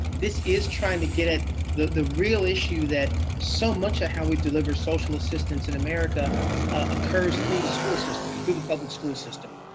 this is trying to get at the real issue that so much of how we deliver social assistance in america occurs through the school system, through the public school system.